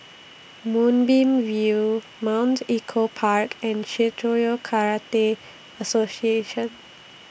Moonbeam View Mount Echo Park and Shitoryu Karate Association